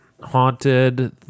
Haunted